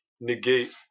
negate